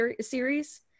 series